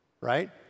right